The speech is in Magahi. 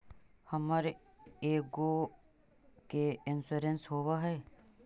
हमर गेयो के इंश्योरेंस होव है?